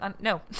No